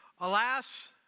Alas